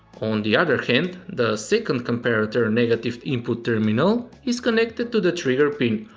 on the other hand the second comparator and negative input terminal is connected to the trigger pin,